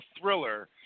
thriller